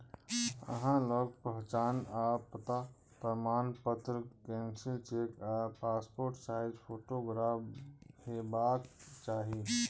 अहां लग पहचान आ पता प्रमाणपत्र, कैंसिल्ड चेक आ पासपोर्ट साइज फोटोग्राफ हेबाक चाही